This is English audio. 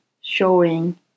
showing